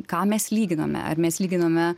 ką mes lyginame ar mes lyginame